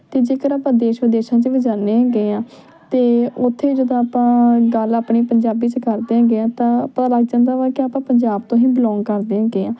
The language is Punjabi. ਅਤੇ ਜੇਕਰ ਆਪਾਂ ਦੇਸ਼ ਵਿਦੇਸ਼ਾਂ 'ਚ ਵੀ ਜਾਂਦੇ ਹੈਗੇ ਹਾਂ ਅਤੇ ਉੱਥੇ ਜਦੋਂ ਆਪਾਂ ਗੱਲ ਆਪਾਂ ਆਪਣੀ ਪੰਜਾਬੀ 'ਚ ਕਰਦੇ ਹੈਗੇ ਹਾਂ ਤਾਂ ਪਤਾ ਲੱਗ ਜਾਂਦਾ ਵਾ ਕਿ ਆਪਾਂ ਪੰਜਾਬ ਤੋਂ ਹੀ ਬਿਲੋਂਗ ਕਰਦੇ ਹੈਗੇ ਹਾਂ